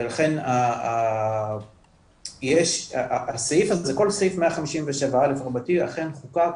ולכן, כל סעיף 157 א' רבתי אכן חוקק